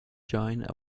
join